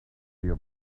your